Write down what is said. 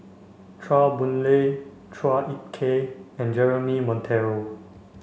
Chua Boon Lay Chua Ek Kay and Jeremy Monteiro